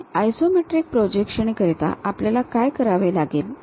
आणि आयसोमेट्रिक प्रोजेक्शनकरिता आपल्याला काय करावे लागेल